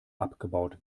abgebaut